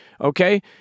okay